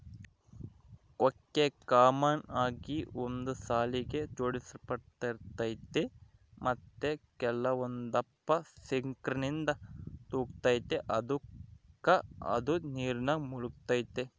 ಕೊಕ್ಕೆ ಕಾಮನ್ ಆಗಿ ಒಂದು ಸಾಲಿಗೆ ಜೋಡಿಸಲ್ಪಟ್ಟಿರ್ತತೆ ಮತ್ತೆ ಕೆಲವೊಂದಪ್ಪ ಸಿಂಕರ್ನಿಂದ ತೂಗ್ತತೆ ಅದುಕ ಅದು ನೀರಿನಾಗ ಮುಳುಗ್ತತೆ